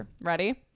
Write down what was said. ready